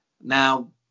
now